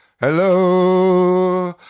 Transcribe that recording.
Hello